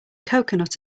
coconut